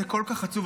זה כל כך עצוב,